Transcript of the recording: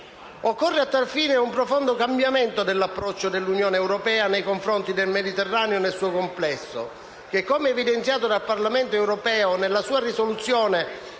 necessario un profondo cambiamento nell'approccio dell'Unione europea nei confronti del Mediterraneo nel suo complesso che, come evidenziato dal Parlamento europeo nella sua risoluzione